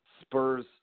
spurs